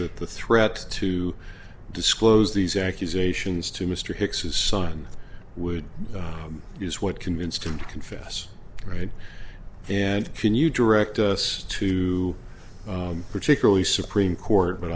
that the threat to disclose these accusations to mr hicks whose son would use what convinced him to confess right and can you direct us to particularly supreme court but